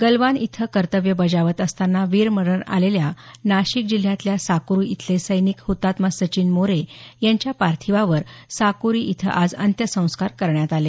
गलवान इथं कर्तव्य बजावत असताना वीरमरण आलेल्या नाशिक जिल्ह्यातल्या साकुरी इथले सैनिक हुतात्मा सचिन मोरे यांच्या पार्थिवावर साकुरी इथं आज अंत्यसंस्कार करण्यात आले